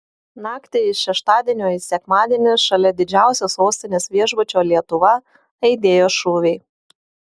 naktį iš šeštadienio į sekmadienį šalia didžiausio sostinės viešbučio lietuva aidėjo šūviai